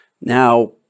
now